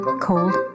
cold